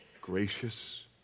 gracious